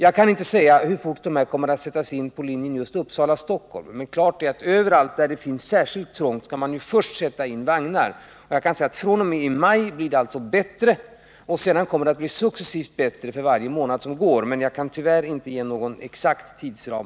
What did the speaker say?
Jag kan inte säga hur fort de kommer att sättas in på just linjen Uppsala-Stockholm, men det är klart att man överallt där det är särskilt trångt skall sätta in vagnar först. Jag kan säga att det alltså fr.o.m. maj blir bättre, och sedan kommer det att successivt bli bättre för varje månad som går. Jag kan för dagen tyvärr inte ange någon exakt tidsram.